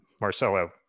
Marcelo